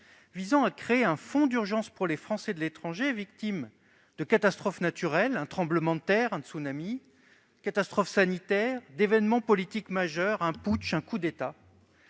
visant à créer un fonds d'urgence pour les Français de l'étranger victimes de catastrophes naturelles- tremblements de terre, tsunamis ...-, de catastrophes sanitaires ou d'événements politiques majeurs- putsch, coups d'État